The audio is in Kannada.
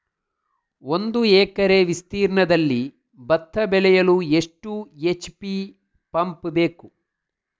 ಒಂದುಎಕರೆ ವಿಸ್ತೀರ್ಣದಲ್ಲಿ ಭತ್ತ ಬೆಳೆಯಲು ಎಷ್ಟು ಎಚ್.ಪಿ ಪಂಪ್ ಬೇಕು?